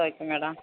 okay madam